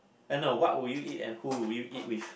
uh no what would you eat and who would you eat with